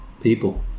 people